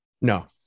No